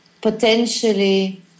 potentially